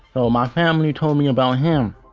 so my family told me about him.